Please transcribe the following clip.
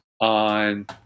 on